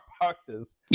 boxes